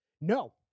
No